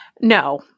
No